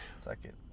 Second